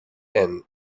and